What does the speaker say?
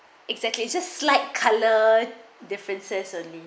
exactly it's slight colour differences only